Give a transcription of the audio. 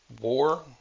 war